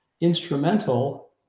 instrumental